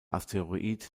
asteroid